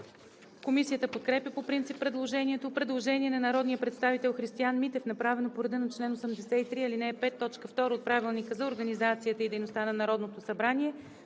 Комисията подкрепя по принцип предложението. Предложение на народния представител Христиан Митев, направено по реда на чл. 83, ал. 5, т. 2 от Правилника за организацията и дейността на Народното събрание.